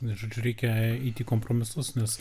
na žodžiu reikia eiti į kompromisus nes